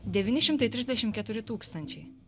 devyni šimtai trisdešim keturi tūkstančiai